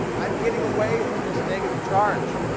i'm getting away from this negative charge.